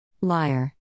Liar